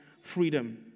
freedom